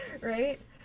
right